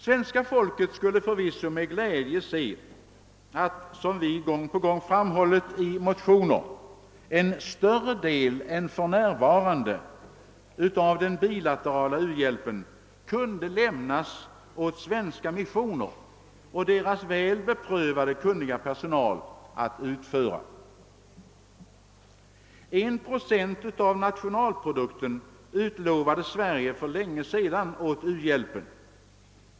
Svenska folket skulle förvisso med glädje se att — som vi gång på gång föreslagit i våra motioner — en större del än för närvarande av den bilaterala u-hjälpen kunde lämnas åt svenska missioner och deras väl beprövade kunniga personal att utföra. En procent av nationalprodukten utlovade Sverige för länge sedan åt uhjälpen.